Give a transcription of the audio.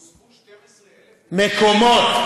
נוספו 12,000. מקומות.